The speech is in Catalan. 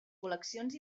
col·leccions